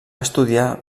estudiar